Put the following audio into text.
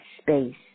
space